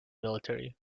military